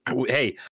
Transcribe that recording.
hey